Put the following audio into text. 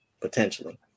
Potentially